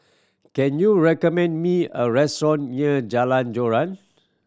can you recommend me a restaurant near Jalan Joran